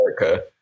America